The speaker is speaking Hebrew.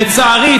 לצערי,